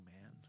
man